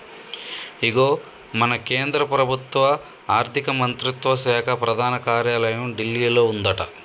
ఇగో మన కేంద్ర ప్రభుత్వ ఆర్థిక మంత్రిత్వ శాఖ ప్రధాన కార్యాలయం ఢిల్లీలో ఉందట